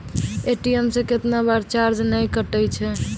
ATM से कैतना बार चार्ज नैय कटै छै?